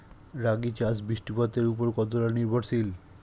রাগী চাষ বৃষ্টিপাতের ওপর কতটা নির্ভরশীল?